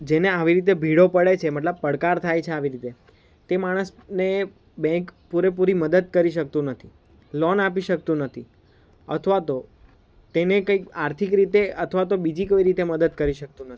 જેને આવી રીતે ભીડો પડે છે મતલબ પડકાર થાય છે આવી રીતે તે માણસને બેન્ક પૂરેપૂરી મદદ કરી શકતું નથી લોન આપી શકતું નથી અથવા તો તેને કંઈક આર્થિક રીતે અથવા તો બીજી કોઈ રીતે મદદ કરી શકતું નથી